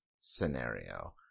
scenario